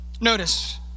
Notice